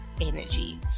energy